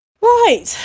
Right